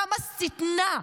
כמה שטנה.